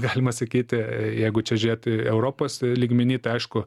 galima sakyti jeigu čia žiūrėt europos lygmeny tai aišku